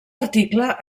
article